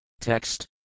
Text